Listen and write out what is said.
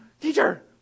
teacher